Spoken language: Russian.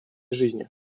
жизни